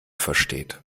versteht